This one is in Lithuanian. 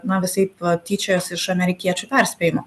na visaip tyčiojos iš amerikiečių perspėjimo